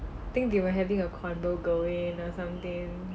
I think they were having a coversation going or something